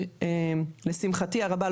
לשמחתי הרבה,